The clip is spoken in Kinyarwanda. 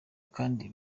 kandi